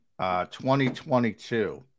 2022